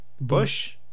Bush